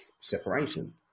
separation